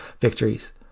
victories